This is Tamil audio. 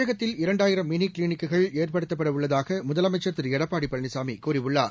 தமிழகத்தில் இரண்டாயிரம் மினி கிளினிக்குகள் ஏற்படுத்தப்பட உள்ளதாக முதலமைச்சா் திரு எடப்பாடி பழனிசாமி கூறியுள்ளார்